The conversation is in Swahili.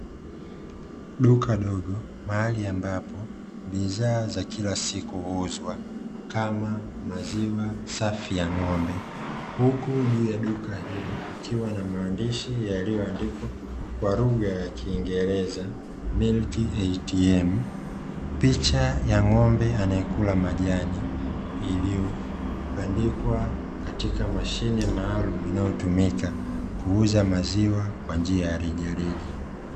Duka dogo mahali ambapo bidhaa za kila siku huuzwa kama maziwa safi ya ng'ombe, huku juu ya duka hilo likiwa ni maandishi yaliyoandikwa kwa lugha ya kiingereza "Milk ATM", picha ya ng'ombe anayekula majani iliyobandikwa katika mashine maalumu unaotumika kuuza maziwa kwa njia ya rejareja.